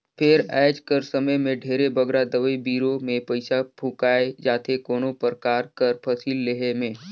फेर आएज कर समे में ढेरे बगरा दवई बीरो में पइसा फूंकाए जाथे कोनो परकार कर फसिल लेहे में